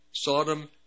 Sodom